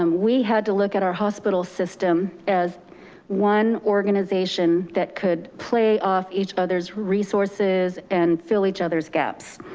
um we had to look at our hospital system as one organization that could play off each other's resources and fill each other's gaps.